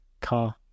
car